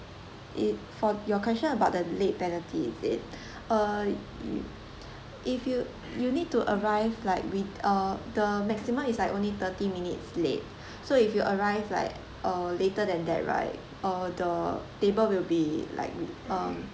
it for your question about the late penalty is it uh if you you need to arrive like with uh the maximum is like only thirty minutes late so if you arrive like uh later than that right uh the table will be like um